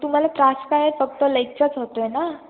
तुम्हाला त्रास काय आहे फक्त लेगचंच होतो आहे ना